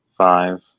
five